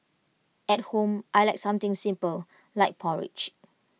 at home I Like something simple like porridge